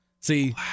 See